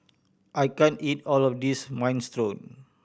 I can't eat all of this Minestrone